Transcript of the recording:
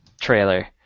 trailer